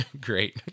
Great